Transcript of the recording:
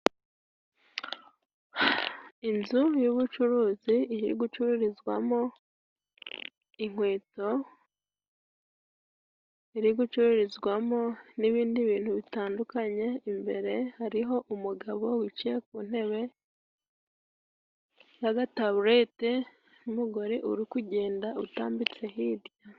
Inzu y'ubucuruzi iri gururizwa mo inkweto, iri gucururizwa mo n'ibindi bintu bitandukanye, imbere hari ho umugabo wicaye ku ntebe y'agataburete n'umugore uri kugenda utambitse hirya.